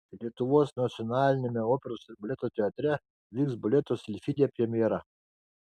lietuvos nacionaliniame operos ir baleto teatre vyks baleto silfidė premjera